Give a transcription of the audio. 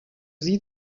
sie